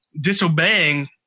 disobeying